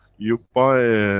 you buy